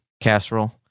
casserole